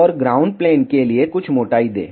और ground plane के लिए कुछ मोटाई दें